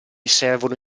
servono